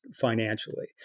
financially